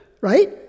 Right